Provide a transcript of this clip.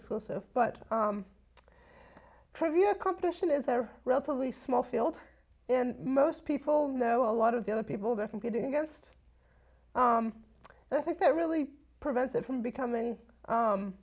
exclusive but trivia competition is their relatively small field and most people know a lot of the other people they're competing against and i think that really prevents it from becoming